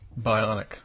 bionic